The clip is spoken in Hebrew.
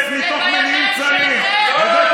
אדוני חבר הכנסת, יו"ר ועדת